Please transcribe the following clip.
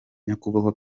nyakubahwa